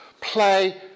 play